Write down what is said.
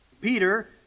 Peter